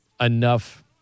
enough